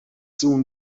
soon